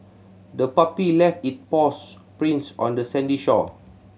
the puppy left it paws prints on the sandy shore